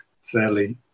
fairly